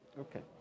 Okay